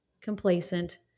complacent